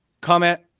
comment